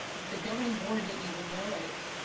the governing board didn't even know it.